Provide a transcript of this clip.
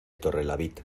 torrelavit